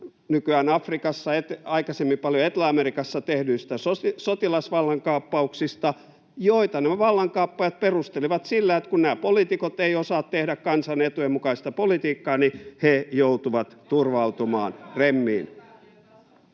nykyään Afrikassa, aikaisemmin paljon Etelä-Amerikassa tehdyistä sotilasvallankaappauksista, joita nämä vallankaappaajat perustelevat sillä, että kun nämä poliitikot eivät osaa tehdä kansan etujen mukaista politiikkaa, niin he joutuvat turvautumaan remmiin.